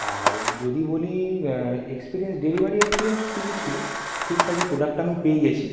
আর যদি বলি experience delivery experience ঠিকই ছিলো ঠিকঠাকই প্রোডাক্ট আমি পেয়ে গেছি